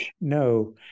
No